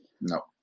No